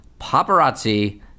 paparazzi